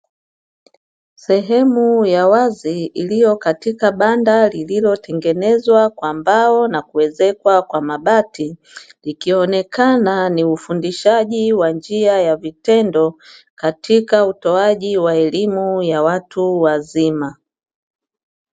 Sehemu ya wazi iliyokatika banda lililotengenezwa kwa mbao na kuezekwa kwa mabati, ikionekana ni ufundishaji wa njia ya vitendo katika utoaji wa elimu ya watu wazima.